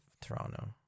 Toronto